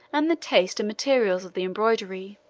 and the taste and materials of the embroidery.